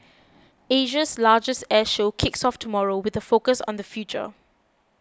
Asia's largest air show kicks off tomorrow with a focus on the future